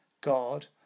God